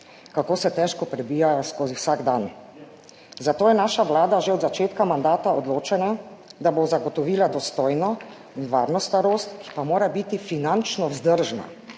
kako se težko prebijajo skozi vsak dan. Zato je naša Vlada že od začetka mandata odločena, da bo zagotovila dostojno in varno starost, ki pa mora biti finančno vzdržna.